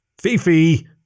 Fifi